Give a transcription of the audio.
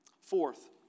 Fourth